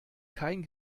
kein